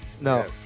No